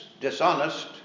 dishonest